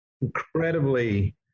Incredibly